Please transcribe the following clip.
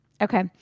Okay